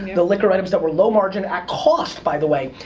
the liquor items that were low margin, at cost, by the way,